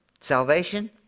Salvation